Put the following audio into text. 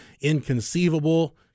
Inconceivable